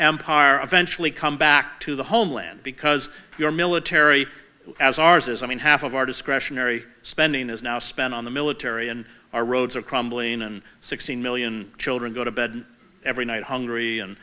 empire eventually come back to the homeland because your military as ours is i mean half of our discretionary spending is now spent on the military and our roads are crumbling and sixteen million children go to bed every night hungry and